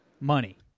money